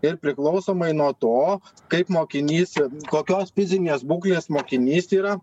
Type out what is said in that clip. ir priklausomai nuo to kaip mokinys kokios fizinės būklės mokinys yra